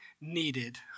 needed